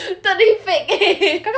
tak ada effect eh